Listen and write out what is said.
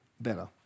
better